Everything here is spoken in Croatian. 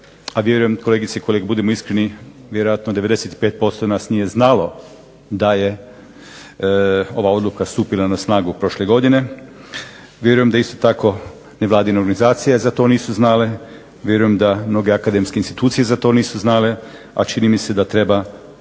a vjerujem kolegice i kolege budimo iskreni, vjerojatno 95% nas nije znalo da je ova odluka stupila na snagu prošle godine. Vjerujem da isto tako ni vladina organizacije za to nisu znale, vjerujem da mnoge akademske institucije za to nisu znale, a čini mi se da treba